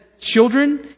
children